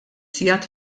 sigħat